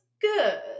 good